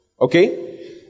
okay